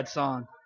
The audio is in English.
song